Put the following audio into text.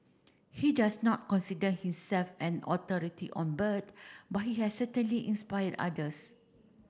he does not consider himself an authority on bird but he has certainly inspired others